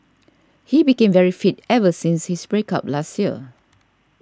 he became very fit ever since his break up last year